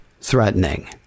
threatening